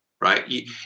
right